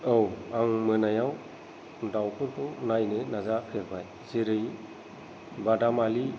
औ आं मोनायाव दाउफोरखौ नायनो नाजाफेरबाय जेरै बादालि